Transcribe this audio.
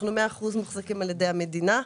אנחנו 100% מוחזקים על-ידי המדינה.